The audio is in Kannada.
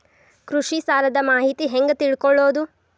ಕೃಷಿ ಸಾಲದ ಮಾಹಿತಿ ಹೆಂಗ್ ತಿಳ್ಕೊಳ್ಳೋದು?